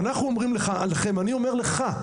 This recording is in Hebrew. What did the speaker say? ואני אומר לך,